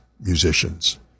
musicians